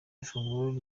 ifunguro